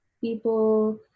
People